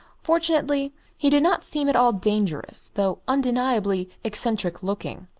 fortunately he did not seem at all dangerous, though undeniably eccentric-looking.